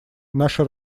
наша